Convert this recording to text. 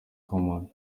common